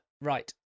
Right